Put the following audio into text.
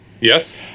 Yes